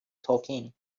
talking